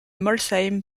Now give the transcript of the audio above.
molsheim